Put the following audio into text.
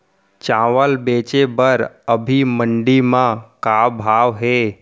चांवल बेचे बर अभी मंडी म का भाव हे?